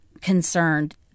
concerned